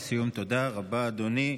תודה רבה, אדוני.